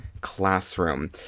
Classroom